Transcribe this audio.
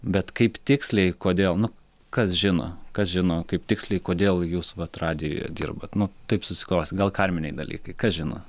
bet kaip tiksliai kodėl nu kas žino kas žino kaip tiksliai kodėl jūs vat radijuje dirbat nu taip susiklostė gal karminiai dalykai kas žino